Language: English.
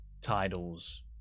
titles